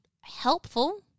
helpful